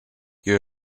you